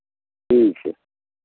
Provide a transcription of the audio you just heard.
ठीक है